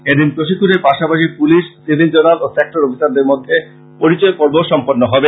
এদিন প্রশিক্ষনের পাশাপাশি পুলিশ সিভিল জোনাল ও সেক্টর অফিসারদের মধ্যে পরিচয় পর্বও সম্পন্ন হবে